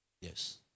yes